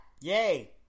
Yay